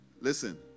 Listen